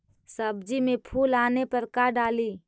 सब्जी मे फूल आने पर का डाली?